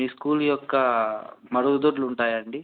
మీ school యొక్క మరుగుదొడ్లు ఉంటాయండి